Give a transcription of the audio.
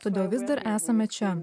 todėl vis dar esame čia